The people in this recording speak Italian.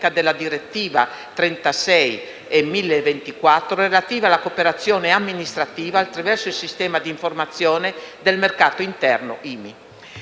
del 2005 e 1024 del 2012, relativo alla cooperazione amministrativa attraverso il sistema di informazione del mercato interno IMI.